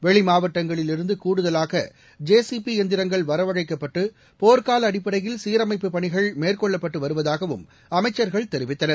வெளி மாவட்டங்களிலிருந்து கூடுதலாக ஜேசிபி எந்திரங்கள் வரவழைக்கப்பட்டு போர்க்கால அடிப்படையில் சீரமைப்புப் பணிகள் மேற்கொள்ளப்பட்டு வருவதாகவும் அமைச்சர்கள் தெரிவித்தனர்